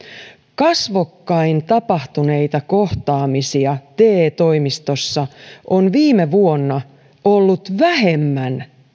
kasvokkain tapahtuneita kohtaamisia te toimistossa on viime vuonna ollut vähemmän